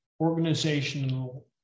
organizational